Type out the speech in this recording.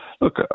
look